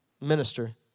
minister